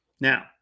now